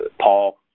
Paul